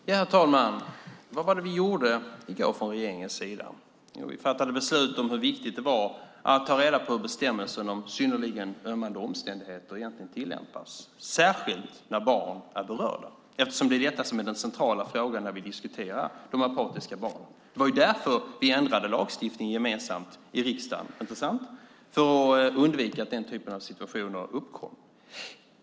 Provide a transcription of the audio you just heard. Herr talman! Vad var det vi gjorde i går från regeringens sida? Jo, vi fattade beslut om hur viktigt det var att ta reda på hur bestämmelsen om synnerligen ömmande omständigheter egentligen tillämpas, särskilt när barn är berörda, eftersom detta är den centrala frågan när vi diskuterar de apatiska barnen. Det var därför vi ändrade lagstiftningen gemensamt i riksdagen, inte sant, för att undvika att den typen av situationer uppkom.